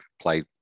play